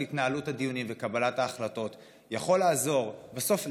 התנהלות הדיונים וקבלת ההחלטות יכול לעזור בסוף,